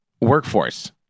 workforce